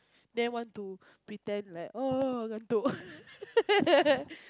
then want to pretend like oh